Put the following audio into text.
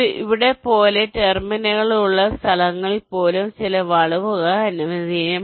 ഇവിടെ പോലെ ടെർമിനലുകൾ ഉള്ള സ്ഥലങ്ങളിൽ പോലും ചില വളവുകൾ അനുവദനീയമാണ്